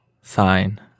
sign